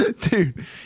Dude